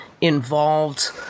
involved